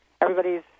everybody's